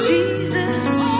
Jesus